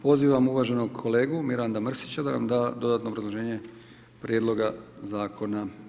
Pozivam uvaženog kolegu Miranda Mrsića da nam da dodatno obrazloženje prijedloga zakona.